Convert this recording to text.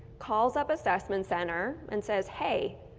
calls up assessment center and says, hey,